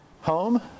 home